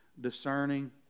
discerning